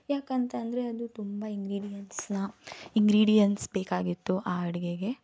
ಯಾಕಂತ ಅಂದರೆ ಅದು ತುಂಬ ಇಂಗಿಡಿಯನ್ಸ್ನ ಇಂಗ್ರೀಡಿಯನ್ಸ್ ಬೇಕಾಗಿತ್ತು ಆ ಅಡುಗೆಗೆ